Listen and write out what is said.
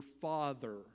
father